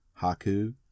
Haku